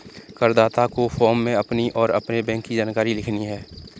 करदाता को फॉर्म में अपनी और अपने बैंक की जानकारी लिखनी है